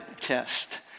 test